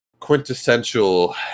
quintessential